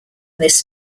this